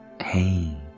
Hey